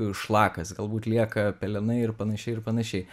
šlakas galbūt lieka pelenai ir panašiai ir panašiai